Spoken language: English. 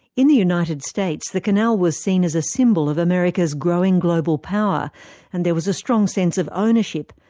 in the united states, the canal was seen as a symbol of america's growing global power and there was a strong sense of ownership,